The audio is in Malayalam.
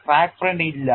ക്രാക്ക് ഫ്രണ്ട് ഇല്ല